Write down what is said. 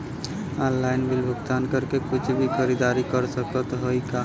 Online bill भुगतान करके कुछ भी खरीदारी कर सकत हई का?